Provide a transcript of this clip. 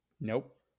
Nope